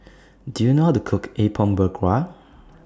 Do YOU know How to Cook Apom Berkuah